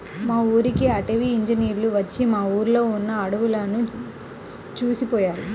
మా ఊరికి అటవీ ఇంజినీర్లు వచ్చి మా ఊర్లో ఉన్న అడువులను చూసిపొయ్యారు